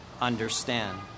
understand